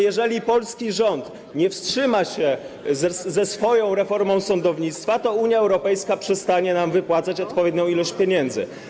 Jeżeli polski rząd nie wstrzyma się ze swoją reformą sądownictwa, to Unia Europejska przestanie wypłacać nam odpowiednią ilość pieniędzy.